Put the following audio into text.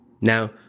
now